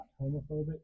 homophobic